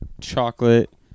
chocolate